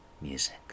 music